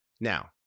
Now